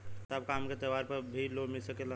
साहब का हमके त्योहार पर भी लों मिल सकेला?